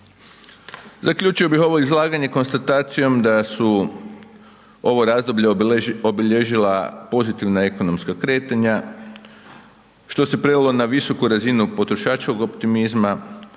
Zaključio bih ovo izlaganje konstatacijom da su ovo razdoblje obilježila pozitivna ekonomska kretanja što se prelilo na visoku razinu potrošačkog optimizma,